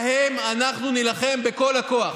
בהם אנחנו נילחם בכל הכוח.